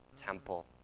temple